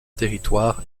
territoire